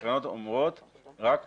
התקנות אומרות שרק